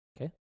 okay